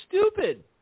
stupid